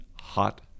hot